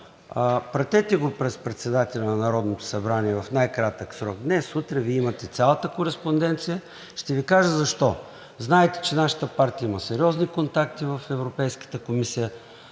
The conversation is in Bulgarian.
пратете го през председателя на Народното събрание в най-кратък срок – днес, утре, Вие имате цялата кореспонденция. Ще Ви кажа защо. Знаете, че нашата партия има сериозни контакти в Европейската комисия.